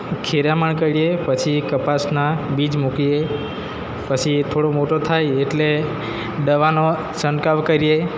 ખેડામણ કરીએ પછી કપાસના બીજ મૂકીએ પછી થોડો મોટો થાય એટલે દવાનો છંટકાવ કરીએ